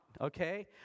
okay